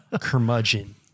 curmudgeon